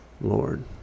Lord